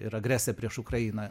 ir agresiją prieš ukrainą